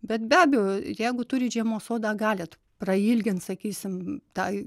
bet be abejo jeigu turit žiemos sodą galit prailgint sakysim tą